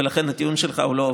ולכן הטיעון שלך לא עובד.